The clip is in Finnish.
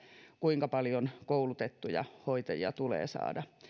kuinka paljon koulutettuja hoitajia tulee saada